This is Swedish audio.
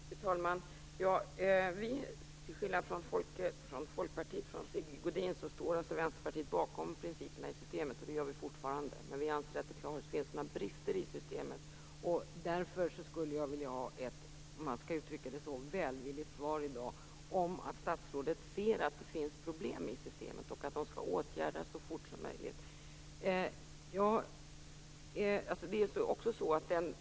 Fru talman! Till skillnad från Folkpartiet och Sigge Godin står Vänsterpartiet bakom principerna i systemet. Det gör vi fortfarande, men vi anser att det finns brister i systemet. Därför skulle jag i dag vilja ha ett välvilligt svar om att statsrådet inser att det finns problem i systemet och att de skall åtgärdas så fort som möjligt.